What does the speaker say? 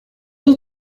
will